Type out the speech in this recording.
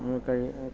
കഴി